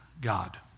God